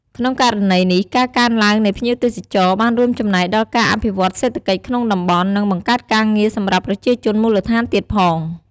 ក្នុងករណីនេះ ការកើនឡើងនៃភ្ញៀវទេសចរ បានរួមចំណែកដល់ការអភិវឌ្ឍន៍សេដ្ឋកិច្ចក្នុងតំបន់ និងបង្កើតការងារសម្រាប់ប្រជាជនមូលដ្ឋានទៀតផង។